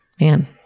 man